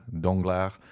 danglars